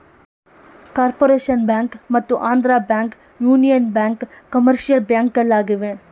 corporation bank ಮತ್ತು Andhra bank, union bank commercial ಬ್ಯಾಂಕ್ಗಳಾಗಿವೆ